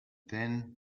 then